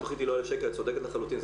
התכנית היא לא 1,000. את צודקת לחלוטין.